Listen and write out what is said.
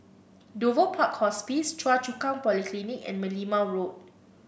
Dover Park Hospice Choa Chu Kang Polyclinic and Merlimau Road